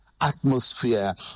atmosphere